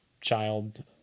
child